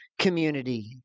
community